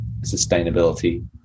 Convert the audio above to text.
sustainability